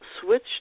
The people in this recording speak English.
switch